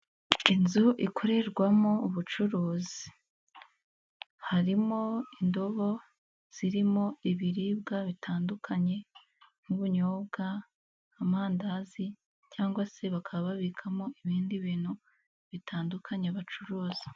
Inzu ikorerwamo ubucuruzi harimo indobo zirimo ibiribwa bitandukanye nk'ubunyobwa, amandazi cyangwa se bakaba babikamo ibindi bintu bitandukanye bacuruza.